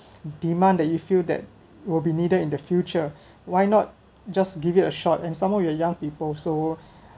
demand that you feel that will be needed in the future why not just give it a shot and some more you are young people so